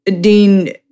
Dean